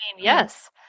yes